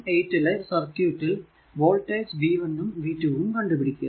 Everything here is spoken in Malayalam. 18 ലെ സർക്യൂട് ൽ വോൾടേജ് V 1 ഉം V 2 ഉം കണ്ടു പിടിക്കുക